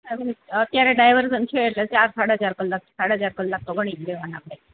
અત્યારે ડાયવર્ઝન છે એટલે ચાર સાડા ચાર કલાક સાડા ચાર કલાક તો ગણી જ લેવાના